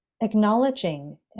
acknowledging